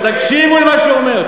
ותקשיבו למה שהוא אומר.